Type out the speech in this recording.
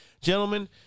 gentlemen